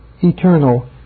eternal